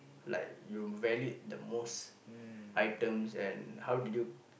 like you valued the most items and how did you